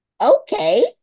okay